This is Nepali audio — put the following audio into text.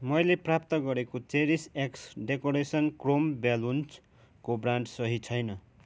मैले प्राप्त गरेको चेरिस एक्स डेकोरेसन क्रोम बेलुन्सको ब्रान्ड सही छैन